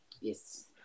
Yes